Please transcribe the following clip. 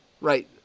right